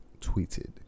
tweeted